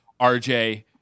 RJ